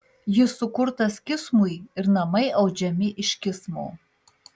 jis sukurtas kismui ir namai audžiami iš kismo